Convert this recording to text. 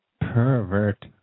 Pervert